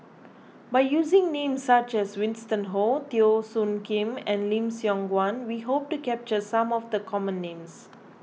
by using names such as Winston Oh Teo Soon Kim and Lim Siong Guan we hope to capture some of the common names